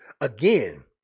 Again